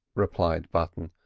replied button.